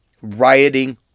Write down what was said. Rioting